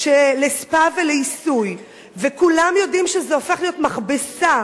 לספא ולעיסוי וכולם יודעים שזה הופך להיות מכבסה